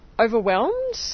Overwhelmed